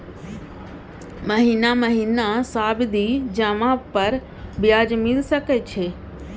महीना महीना सावधि जमा पर ब्याज मिल सके छै?